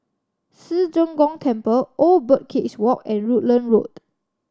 Ci Zheng Gong Temple Old Birdcage Walk and Rutland Road